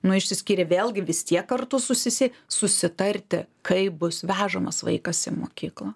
nu išsiskyrę vėlgi vis tiek kartu susisė susitarti kaip bus vežamas vaikas į mokyklą